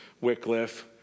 Wycliffe